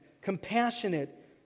compassionate